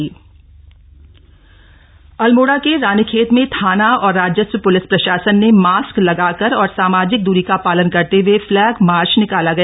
Covid update Almora के रानीखेत में थाना और राजस्व प्रलिस प्रशासन ने मास्क लगाकर और सामाजिक दरी का शालन करते हुए फ्लश मार्च निकाला गया